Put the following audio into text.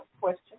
question